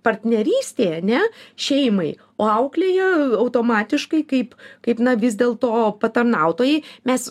partnerystei a ne šeimai o auklėja automatiškai kaip kaip na vis dėl to patarnautojai mes